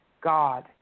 God